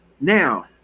Now